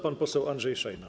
Pan poseł Andrzej Szejna.